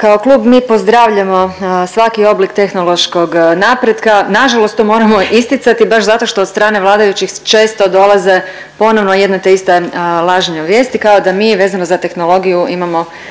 kao klub mi pozdravljamo svaki oblik tehnološkog napretka, nažalost to moramo isticati baš zato što od strane vladajućih često dolaze ponovno jedna te ista lažna … kao da mi vezano za tehnologiju imamo